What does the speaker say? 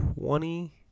Twenty